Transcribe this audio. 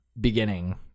beginning